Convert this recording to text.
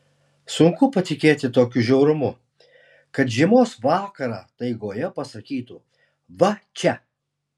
sunku patikėti tokiu žiaurumu kad žiemos vakarą taigoje pasakytų va čia